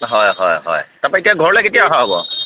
হয় হয় হয় তাৰ পৰা এতিয়া ঘৰলৈ কেতিয়া অহা হ'ব